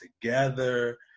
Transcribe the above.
together